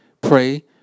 pray